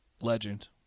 legend